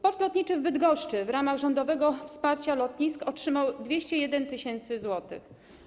Port lotniczy w Bydgoszczy w ramach rządowego wsparcia lotnisk otrzymał 201 tys. zł.